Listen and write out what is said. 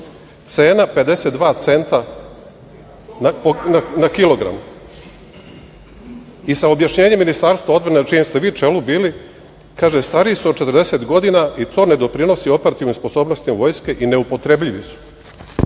Cena - 52 centa po kilogramu, sa objašnjenjem Ministarstva odbrane, na čijem ste vi čelu bili – stariji su od 40 godina i to ne doprinosi operativnoj sposobnosti Vojske i neupotrebljivi